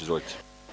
Izvolite.